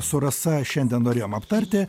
su rasa šiandien norėjom aptarti